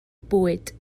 bwyd